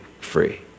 free